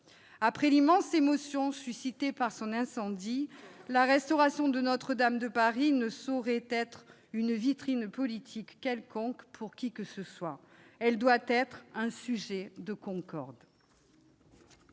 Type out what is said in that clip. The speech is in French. Après l'immense émotion suscitée par son incendie, la restauration de Notre-Dame de Paris ne saurait être une vitrine politique pour qui que ce soit ; elle doit être un sujet de concorde.